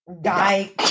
die